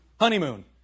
Honeymoon